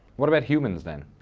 what about humans then?